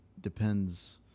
depends